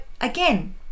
again